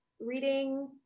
reading